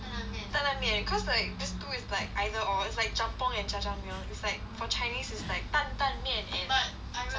担担面 cause like these two is like either or it's like jjampong and jjajangmyeon you know it's like for chinese is like 担担面 and 炸酱面